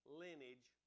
lineage